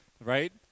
right